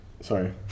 Sorry